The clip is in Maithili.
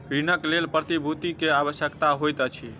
ऋणक लेल प्रतिभूति के आवश्यकता होइत अछि